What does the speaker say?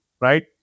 right